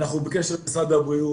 ואנחנו בקשר עם משרד הבריאות,